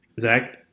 Zach